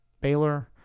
baylor